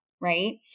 Right